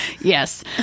Yes